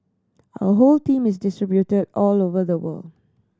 our whole team is distributed all over the world